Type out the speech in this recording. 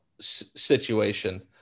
situation